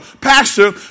pastor